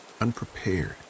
unprepared